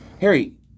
Harry